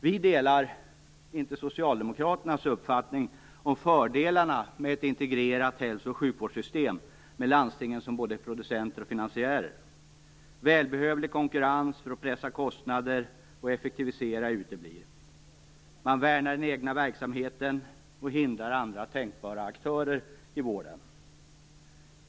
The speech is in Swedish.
Vi delar inte Socialdemokraternas uppfattning om fördelarna med ett integrerat hälso och sjukvårdssystem med landstingen som både producenter och finansiärer. Välbehövlig konkurrens för att pressa kostnader och effektivisera uteblir. Man värnar den egna verksamheten och hindrar andra tänkbara aktörer i vården.